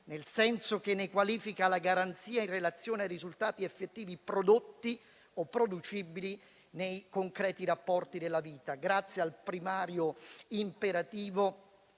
nel senso che ne qualifica la garanzia in relazione ai risultati effettivi prodotti o producibili nei concreti rapporti della vita, grazie al primario imperativo